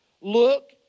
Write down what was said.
look